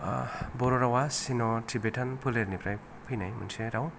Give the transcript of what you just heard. बर'रावा चिन तिब्बेटान फोलेरनिफ्राय फैनाय मोनसे राव